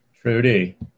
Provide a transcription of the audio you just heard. Trudy